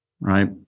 Right